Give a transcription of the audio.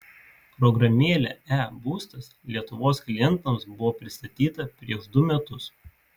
programėlė e būstas lietuvos klientams buvo pristatyta prieš du metus